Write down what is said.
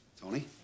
Tony